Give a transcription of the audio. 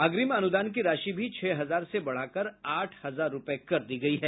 अग्रिम अनुदान की राशि भी छह हजार से बढ़ाकर आठ हजार रूपये कर दी गयी है